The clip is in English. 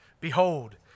behold